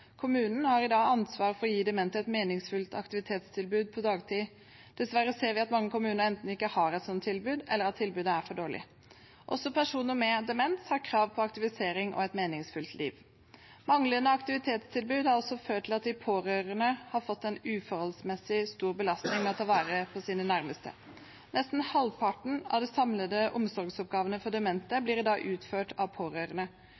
har i dag ansvaret for å gi demente et meningsfylt aktivitetstilbud på dagtid. Dessverre ser vi at mange kommuner enten ikke har et sånt tilbud, eller at tilbudet er for dårlig. Også personer med demens har krav på aktivisering og et meningsfylt liv. Manglende aktivitetstilbud har også ført til at de pårørende har fått en uforholdsmessig stor belastning med å ta vare på sine nærmeste. Nesten halvparten av de samlede omsorgsoppgavene for demente blir i dag utført av pårørende.